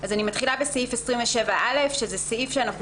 אני מתחילה בסעיף 27א. זה סעיף שאנחנו